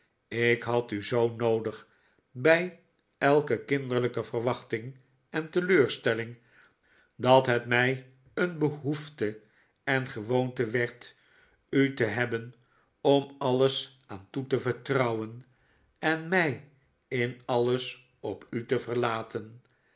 ik had u zoo noodig bij elke kinderlijke verwachting en teleurstelling dat het mij een behoefte en gewoonte werd u te hebben om alles aan toe te vertrouwen en mij in altes op u te verlaten